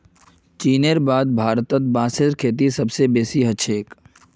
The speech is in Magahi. चीनेर बाद भारतत बांसेर खेती सबस बेसी ह छेक